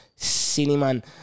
Cineman